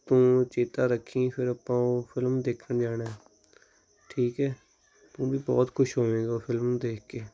ਤੂੰ ਚੇਤਾ ਰੱਖੀਂ ਫਿਰ ਆਪਾਂ ਉਹ ਫ਼ਿਲਮ ਦੇਖਣ ਜਾਣਾ ਠੀਕ ਹੈ ਤੂੰ ਵੀ ਬਹੁਤ ਖੁਸ਼ ਹੋਵੇਂਗਾ ਉਹ ਫ਼ਿਲਮ ਨੂੰ ਦੇਖ ਕੇ